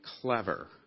clever